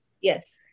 yes